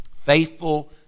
Faithful